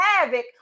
havoc